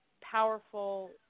powerful